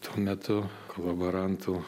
tuo metu kolaborantų